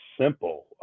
simple